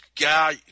guy